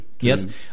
yes